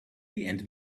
and